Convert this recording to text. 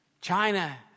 China